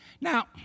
Now